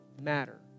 matter